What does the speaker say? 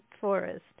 forest